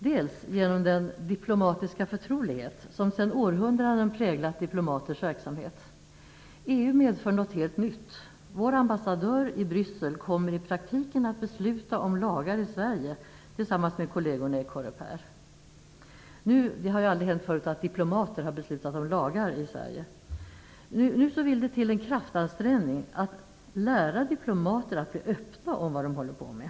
Den hotas genom den diplomatiska förtrolighet som sedan århundraden präglat diplomaters verksamhet. EU medför något helt nytt. Vår ambassadör i Bryssel kommer i praktiken att besluta om lagar i Sverige tillsammans med kollegerna i Coreper. Det har aldrig hänt förut att diplomater har beslutat om lagar i Sverige. Nu vill det till en kraftansträngning att lära diplomater att bli öppna om vad de håller på med.